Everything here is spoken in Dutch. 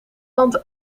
land